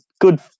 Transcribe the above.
good